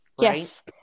Yes